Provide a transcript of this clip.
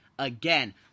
Again